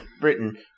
Britain